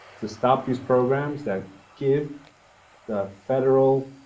to stop these programs that give the federal